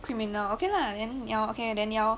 criminal okay lah then 你要 okay then 你要